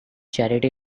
charity